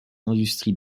industries